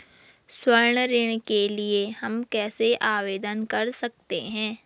स्वर्ण ऋण के लिए हम कैसे आवेदन कर सकते हैं?